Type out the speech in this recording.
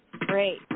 great